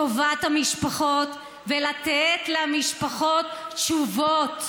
טובת המשפחות ולתת למשפחות תשובות.